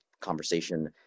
conversation